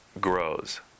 grows